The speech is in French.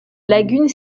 lagune